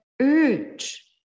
urge